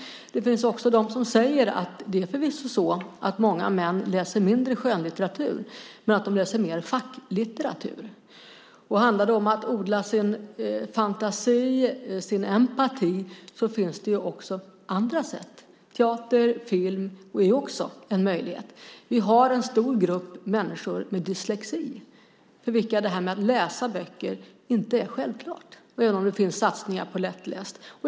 Det finns de som säger att många män förvisso läser mindre skönlitteratur, men i stället mer facklitteratur. Handlar det om att odla fantasi och empati finns det också andra sätt. Teater och film är också en möjlighet. Det finns en stor grupp människor med dyslexi, för vilka detta med att läsa böcker inte är självklart, även om det görs satsningar på lättläst.